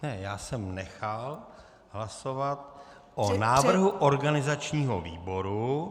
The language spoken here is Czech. Já jsem nechal hlasovat o návrhu organizačního výboru